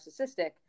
narcissistic